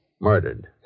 Murdered